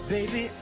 Baby